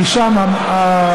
כי שם הצומת,